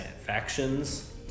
Factions